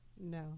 No